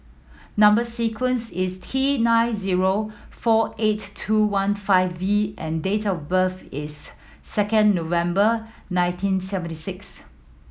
number sequence is T nine zero four eight two one five V and date of birth is second November nineteen seventy six